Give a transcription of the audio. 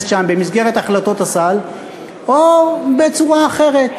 שם במסגרת החלטות הסל או בצורה אחרת.